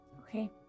Okay